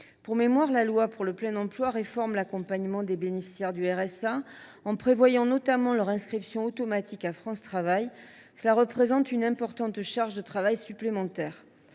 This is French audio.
Pour mémoire, la loi pour le plein emploi réforme l’accompagnement des bénéficiaires du RSA, en prévoyant notamment leur inscription automatique à France Travail. Cela représente une importante charge de travail supplémentaire.